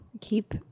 Keep